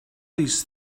these